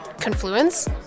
confluence